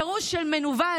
הפירוש של מנוול,